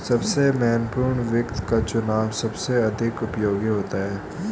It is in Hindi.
सबसे महत्वपूर्ण वित्त का चुनाव सबसे अधिक उपयोगी होता है